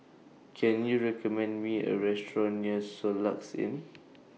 Can YOU recommend Me A Restaurant near Soluxe Inn